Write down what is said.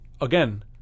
again